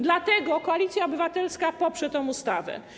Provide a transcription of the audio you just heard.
Dlatego Koalicja Obywatelska poprze tę ustawę.